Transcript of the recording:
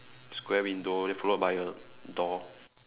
square window then followed by a door